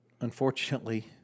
unfortunately